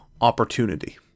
opportunity